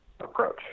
approach